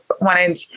wanted